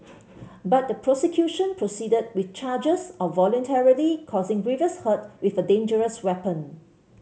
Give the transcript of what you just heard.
but the prosecution proceeded with charges of voluntarily causing grievous hurt with a dangerous weapon